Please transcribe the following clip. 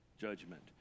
judgment